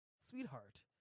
sweetheart